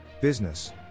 Business